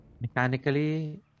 Mechanically